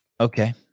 okay